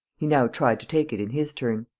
he now tried to take it in his turn.